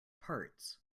parts